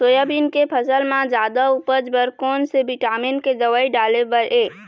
Soybean के फसल म जादा उपज बर कोन से विटामिन के दवई डाले बर ये?